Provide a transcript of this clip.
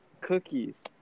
cookies